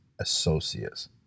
associates